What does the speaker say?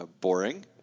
boring